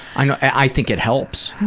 i think it helps.